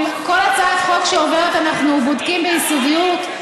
כל הצעת חוק שעוברת אנחנו בודקים ביסודיות,